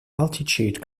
attitude